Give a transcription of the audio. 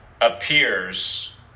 appears